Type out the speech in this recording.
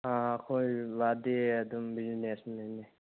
ꯑꯥ ꯑꯩꯈꯣꯏ ꯕꯕꯥꯗꯤ ꯑꯗꯨꯝ ꯕꯨꯖꯤꯅꯦꯁꯃꯦꯟꯅꯦ